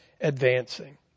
advancing